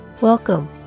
Welcome